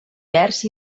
vers